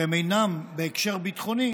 שהם אינם בהקשר ביטחוני,